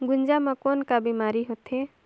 गुनजा मा कौन का बीमारी होथे?